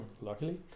luckily